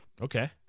Okay